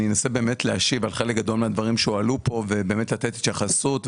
אני אנסה להשיב על חלק גדול מהדברים שהועלו פה ולתת התייחסות,